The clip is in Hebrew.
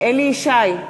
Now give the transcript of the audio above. אליהו ישי,